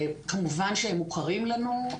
כמובן שהם מוכרים לנו.